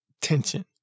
tension